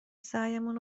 سعیمون